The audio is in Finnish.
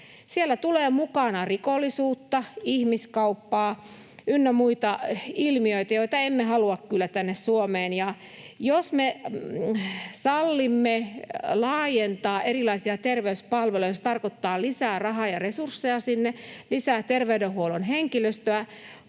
Siellä tulee mukana rikollisuutta, ihmiskauppaa ynnä muita ilmiöitä, joita emme kyllä halua tänne Suomeen, ja jos me sallimme laajentaa erilaisia terveyspalveluja, se tarkoittaa lisää rahaa ja resursseja sinne, lisää terveydenhuollon henkilöstöä.